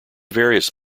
various